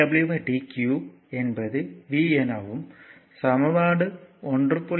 dwdq என்பது V எனவும் சமன்பாடு 1